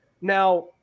Now